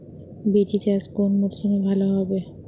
বিরি চাষ কোন মরশুমে ভালো হবে?